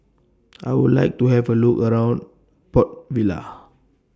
I Would like to Have A Look around Port Vila